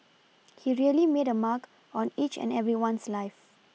he really made a mark on each and everyone's life